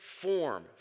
form